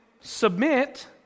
submit